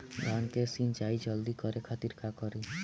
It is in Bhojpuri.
धान के सिंचाई जल्दी करे खातिर का करी?